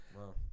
Wow